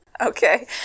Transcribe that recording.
Okay